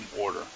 order